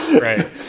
Right